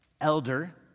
elder